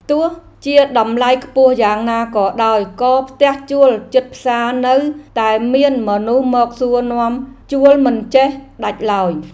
ទោះជាតម្លៃខ្ពស់យ៉ាងណាក៏ដោយក៏ផ្ទះជួលជិតផ្សារនៅតែមានមនុស្សមកសួរនាំជួលមិនចេះដាច់ឡើយ។